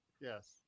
Yes